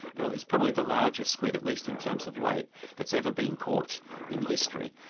well it's probably the largest squid at least in terms of weight that's ever been caught in history,